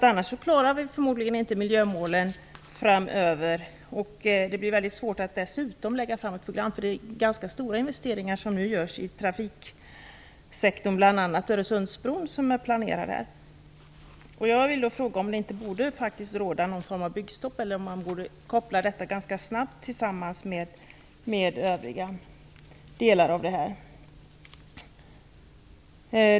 Annars klarar vi förmodligen inte miljömålen framöver. Det blir dessutom väldigt svårt att lägga fram ett program, då det är ganska stora investeringar som nu görs i trafiksektorn, bl.a. med planerna för Öresundsbron. Jag vill fråga om det inte borde råda någon form av byggstopp eller om detta ganska snabbt borde kopplas till övriga delar.